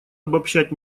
обобщать